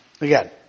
Again